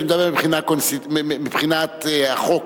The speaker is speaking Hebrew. אני מדבר מבחינת החוק,